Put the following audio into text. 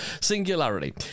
Singularity